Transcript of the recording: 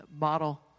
model